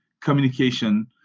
communication